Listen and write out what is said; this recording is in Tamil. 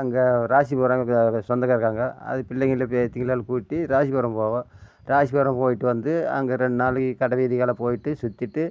அங்கே ராசிபுரத்தில் சொந்தக்காரவங்க இருக்கிறாங்க அது பிள்ளைங்கள்ல பேத்திகளை எல்லா கூட்டி ராசிபுரம் போவோம் ராசிபுரம் போய்ட்டு வந்து அங்கே ரெண்டு நாலு கடைவீதிக்கெல்லாம் போய்ட்டு சுத்திவிட்டு